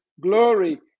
glory